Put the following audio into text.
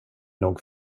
nog